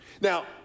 Now